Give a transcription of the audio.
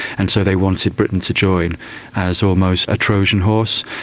and so they wanted britain to join as almost a trojan horse.